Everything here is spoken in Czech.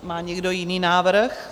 Má někdo jiný návrh?